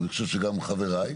אני חושב שגם חבריי,